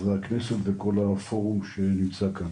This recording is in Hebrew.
חברי הכנסת וכל הפורום שנמצא כאן.